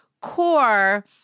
core